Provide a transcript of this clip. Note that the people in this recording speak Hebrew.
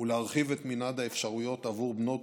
ולהרחיב את מנעד האפשרויות עבור בנות